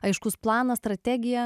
aiškus planas strategija